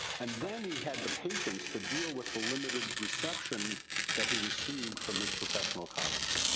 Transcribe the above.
and then he had the patience to deal with the limited reception that he received from his professional colleagues.